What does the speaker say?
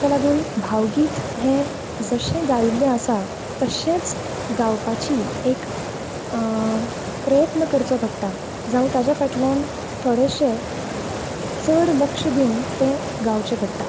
ताका लागून भावगीत हे जशे गायिल्ले आसा तशेंच गावपाची एक प्रयत्न करचो पडटा जावं ताज्या फाटल्यान थोडेशे चड लक्ष दिवन तें गावचे पडटा